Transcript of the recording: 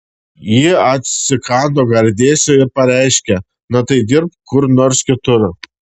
ji atsikando gardėsio ir pareiškė na tai dirbk kur nors kitur